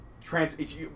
trans